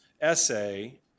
essay